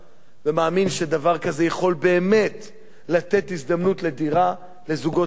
ומאמין שדבר כזה יכול באמת לתת לזוגות צעירים